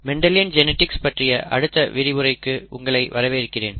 Mendelian genetics பற்றிய அடுத்த வகுப்பிற்கு உங்களை வரவேற்கிறேன்